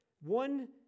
one